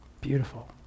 beautiful